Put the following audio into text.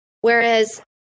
Whereas